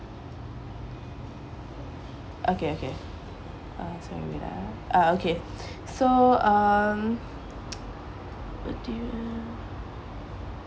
okay okay uh sorry wait ah uh okay so um what do you have